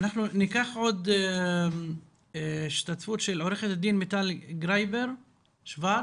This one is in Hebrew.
אנחנו נבקש התייחסות של עורכת הדין מיטל גרייבר שוורץ,